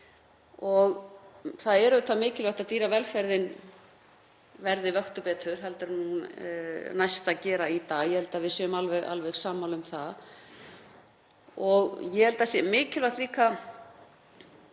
Það er auðvitað mikilvægt að dýravelferð verði vöktuð betur heldur en næst að gera í dag, ég held að við séum alveg sammála um það. Ég held að það sé mikilvægt líka